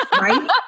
Right